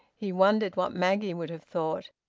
he wondered what maggie would have thought,